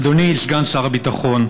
אדוני סגן שר הביטחון,